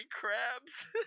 crabs